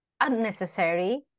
unnecessary